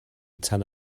tan